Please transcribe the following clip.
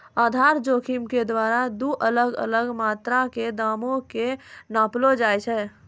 आधार जोखिम के द्वारा दु अलग अलग मात्रा के दामो के नापलो जाय छै